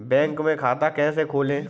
Bank में खाता कैसे खोलें?